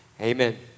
Amen